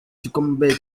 gikombe